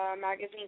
magazine